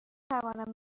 توانم